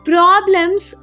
Problems